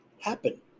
happen